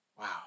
Wow